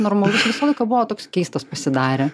normalus visą laiką buvo toks keistas pasidarė